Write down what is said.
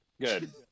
Good